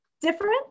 different